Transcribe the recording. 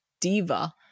diva